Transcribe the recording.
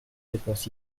réponse